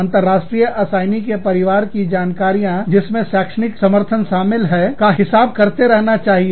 अंतरराष्ट्रीय असाइनी के परिवार की जानकारियाँजिसमें शैक्षिक समर्थन शामिल है का हिसाब करते रहना चाहिए